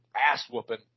ass-whooping